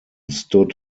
stood